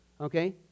Okay